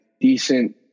decent